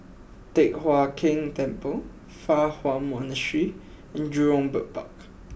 Teck Hai Keng Temple Fa Hua Monastery and Jurong Bird Park